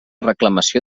reclamació